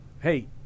hey